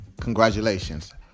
Congratulations